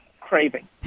craving